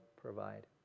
provide